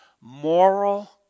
moral